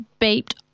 beeped